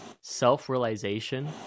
self-realization